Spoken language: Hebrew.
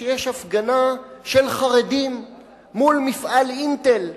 שיש הפגנה של חרדים מול מפעל "אינטל",